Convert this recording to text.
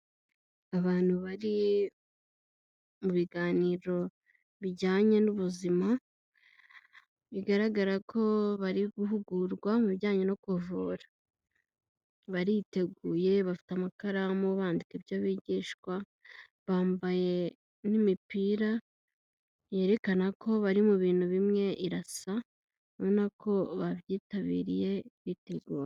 Abantu bari mu biganiro bijyanye n'ubuzima, bigaragara ko bari guhugurwa mu bijyanye no kuvura, bariteguye bafite amakaramu bandika ibyo bigishwa, bambaye n'imipira yerekana ko bari mu bintu bimwe irasa, ubona ko babyitabiriye biteguye.